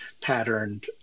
patterned